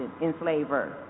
enslaver